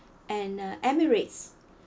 and uh Emirates